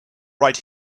right